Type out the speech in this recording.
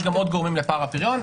יש עוד גורמים לפער הפריון.